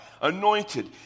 anointed